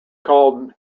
called